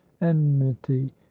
enmity